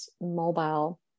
mobile